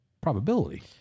probability